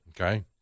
Okay